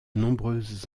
nombreuses